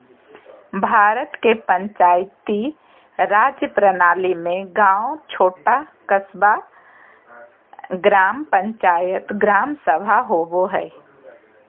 भारत के पंचायती राज प्रणाली में गाँव छोटा क़स्बा, ग्राम पंचायत, ग्राम सभा होवो हइ